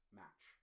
match